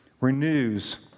renews